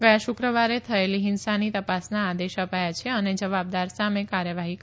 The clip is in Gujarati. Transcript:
ગયા શુક્રવારે થયેલી ફિંસાની તપાસના આદેશ અપાયા છે અને જવાબદાર સામે કાર્યવાહી કરાશે